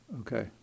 Okay